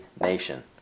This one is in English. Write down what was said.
Nation